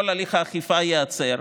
כל הליך האכיפה ייעצר,